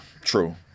True